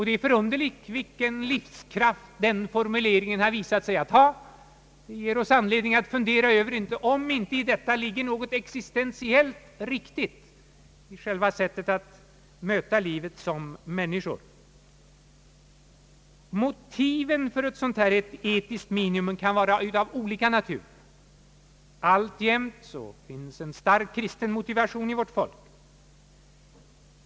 Det är förunderligt vilken livskraft den formuleringen visat sig ha. Det ger oss anledning att fundera över om det inte ligger något existentiellt riktigt i detta sätt att möta livet som människor. Motiven för ett sådant etiskt minimum kan vara av olika natur. Alltjämt finns en starkt kristen motivation i vårt folk.